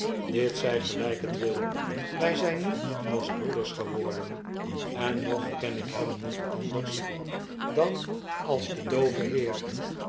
dit zy gelyk het wil wy zyn nu als broeders geworden en nog ken ik hem niet ariders dan als den dooven heer